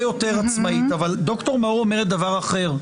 יותר עצמאית אבל ד"ר מאור אומרת דבר אחר.